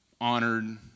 honored